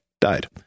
died